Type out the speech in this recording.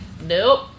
nope